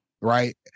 Right